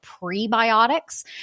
prebiotics